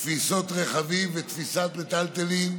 תפיסת רכבים ותפיסת מיטלטלין,